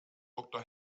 doktor